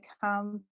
come